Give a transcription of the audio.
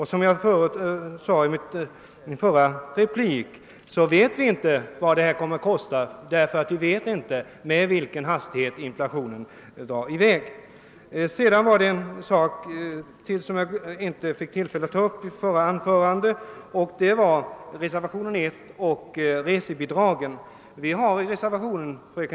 Som jag sade i min förra replik vet vi inte vad detta kommer att kosta; vi vet inte med vilken hastighet inflationen drar i väg. I mitt förra anförande hann jag inte lägga tillrätta fröken Sandells påstående angående innehållet i reservationen 1 till andra iagutskottets utlåtande. Den gäller fråcan om resetilläggets storlek.